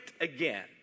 again